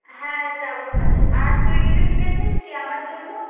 হ্যাঁ যাব তা হলে আর তুই কিছু কিনেছিস কি আমার জন্য